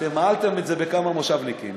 אתם מהלתם את זה בכמה מושבניקים.